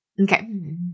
Okay